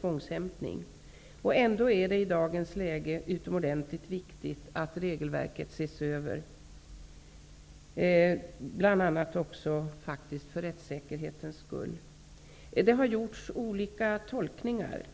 tvångshämtning. Ändå är det i dagens läge utomordentligt viktigt att regelverket ses över, också för bl.a. rättssäkerhetens skull. Det har gjorts olika tolkningar.